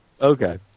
Okay